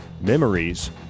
memories